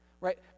Right